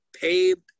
paved